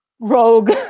rogue